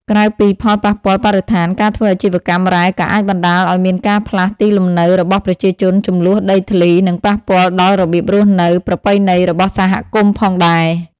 ក្រៅពីផលប៉ះពាល់បរិស្ថាន ការធ្វើអាជីវកម្មរ៉ែក៏អាចបណ្ដាលឲ្យមានការផ្លាស់ទីលំនៅរបស់ប្រជាជនជម្លោះដីធ្លី និងប៉ះពាល់ដល់របៀបរស់នៅប្រពៃណីរបស់សហគមន៍ផងដែរ។